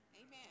Amen